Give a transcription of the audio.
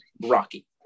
rocky